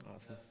Awesome